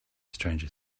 stranger